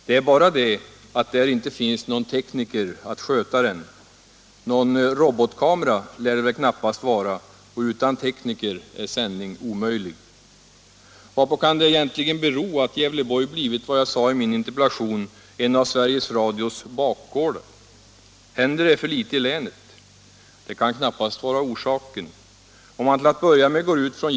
Det är bara det att där inte finns någon tekniker att sköta den. Någon robotkamera lär det väl knappast vara, och utan tekniker är sändning omöjlig. Varpå kan det egentligen bero att Gävleborg blivit, som jag sade i min interpellation, en Sveriges Radios bakgård? Händer det för litet i länet? Det kan knappast vara orsaken.